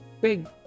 big